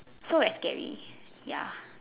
so very scary ya